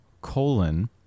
colon